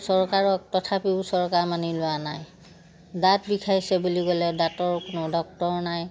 চৰকাৰক তথাপিও চৰকাৰ মানি লোৱা নাই দাঁত বিষাইছে বুলি ক'লে দাঁতৰ কোনো ডক্তৰ নাই